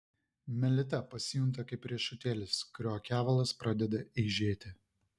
melita pasijunta kaip riešutėlis kurio kevalas pradeda eižėti